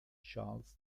charles